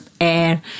air